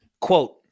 Quote